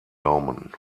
daumen